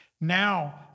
Now